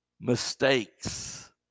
mistakes